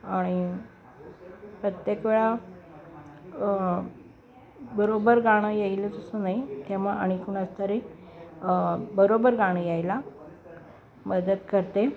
आणि प्रत्येक वेळा बरोबर गाणं यायला तसं नाही त्यामुळं आणि कोणाचं तरी बरोबर गाणं यायला मदत करते